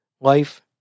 life